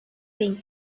being